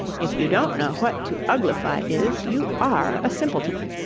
if you don't know what to uglify is, you are a simpleton